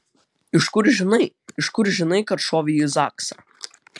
iš kur žinai iš kur žinai kad šovė į zaksą